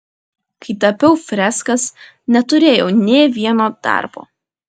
kai tapiau freskas neturėjau nė vieno darbo